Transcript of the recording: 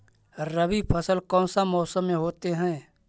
रवि फसल कौन सा मौसम में होते हैं?